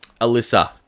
Alyssa